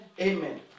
Amen